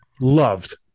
loved